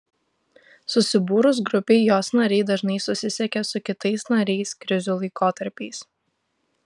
susibūrus grupei jos nariai dažnai susisiekia su kitais nariais krizių laikotarpiais